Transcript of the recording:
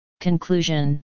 Conclusion